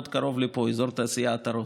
מאוד קרוב לפה: אזור התעשייה עטרות.